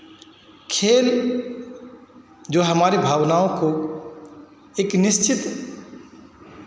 खेल जो हमारी भावनाओं को एक निश्चित